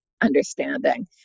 understanding